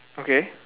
okay